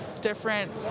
different